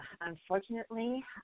unfortunately